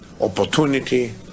opportunity